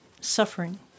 suffering